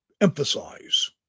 emphasize